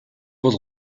бол